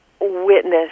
witness